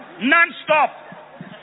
Non-stop